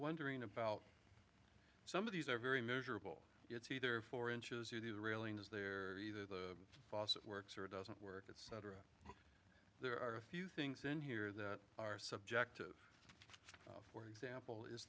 wondering about some of these are very measurable it's either four inches or the railing is there either the faucet works or doesn't work etc there are a few things in here that are subjective for example is